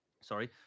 sorry